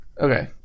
Okay